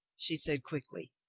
she said quickly.